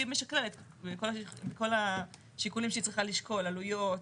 כמובן עם כל השיקולים שהיא צריכה לשקול עלויות,